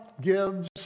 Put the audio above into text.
gives